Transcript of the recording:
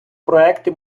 проекти